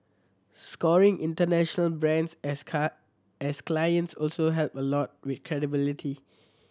scoring international brands as as clients also help a lot with credibility